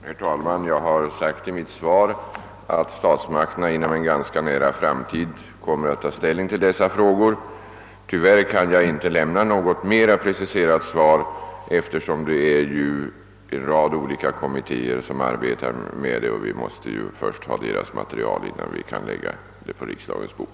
Herr talman! Jag har i mitt svar förklarat att statsmakterna inom en ganska nära framtid kommer att ta ställning till dessa frågor. Tyvärr kan jag inte lämna något mera preciserat besked, eftersom en rad olika kommittéer arbetar med saken och vi först måste ha deras material innan vi kan lägga den på riksdagens bord.